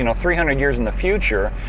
ah three hundred years in the future.